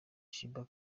sheebah